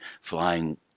flying